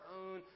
own